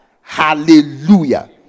Hallelujah